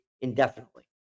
indefinitely